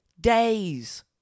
days